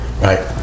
Right